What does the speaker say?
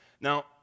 Now